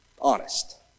honest